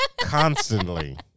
constantly